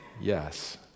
yes